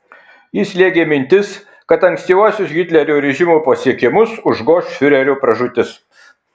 jį slėgė mintis kad ankstyvuosius hitlerio režimo pasiekimus užgoš fiurerio pražūtis